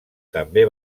també